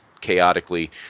chaotically